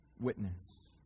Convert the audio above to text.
witness